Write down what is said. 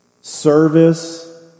service